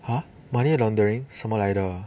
!huh! money laundering 什么来的